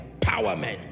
empowerment